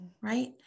right